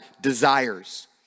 desires